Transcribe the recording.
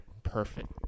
perfect